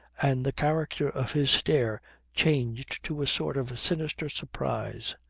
and the character of his stare changed to a sort of sinister surprise.